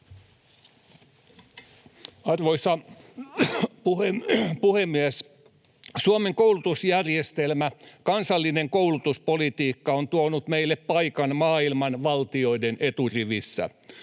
Arvoisa puhemies! Suomen koulutusjärjestelmä ja kansallinen koulutuspolitiikka ovat tuoneet meille paikan maailman valtioiden eturivissä.